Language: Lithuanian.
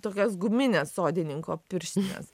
tokias gumines sodininko pirštines